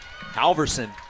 Alverson